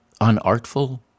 unartful